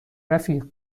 رفیق